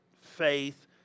faith